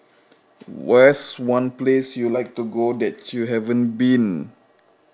where's one place you like to go that you haven't been